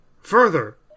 further